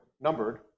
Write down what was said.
numbered